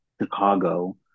Chicago